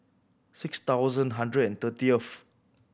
six thousand hundred and thirtieth